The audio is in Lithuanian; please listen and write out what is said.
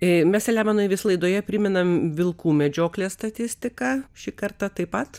ėmėsi lemiamai vis laidoje priminame vilkų medžioklės statistiką šį kartą taip pat